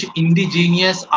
indigenous